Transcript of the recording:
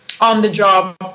on-the-job